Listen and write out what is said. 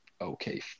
okay